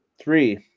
three